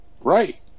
Right